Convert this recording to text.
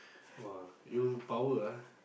!wah! you power ah